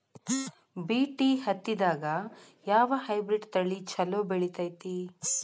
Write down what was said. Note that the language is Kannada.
ಬಿ.ಟಿ ಹತ್ತಿದಾಗ ಯಾವ ಹೈಬ್ರಿಡ್ ತಳಿ ಛಲೋ ಬೆಳಿತೈತಿ?